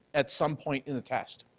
at some point in the test.